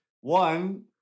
One